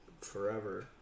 forever